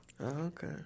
okay